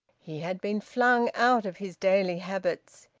he had been flung out of his daily habits.